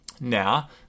Now